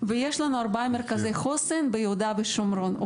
ויש לנו ארבעה מרכזי חוסן ביהודה ושומרון.